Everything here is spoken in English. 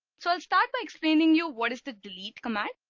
so i'll start by explaining you what is the delete command?